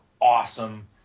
awesome